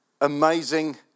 amazing